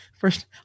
first